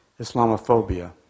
Islamophobia